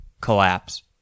collapse